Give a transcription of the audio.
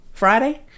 Friday